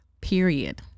period